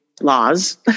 laws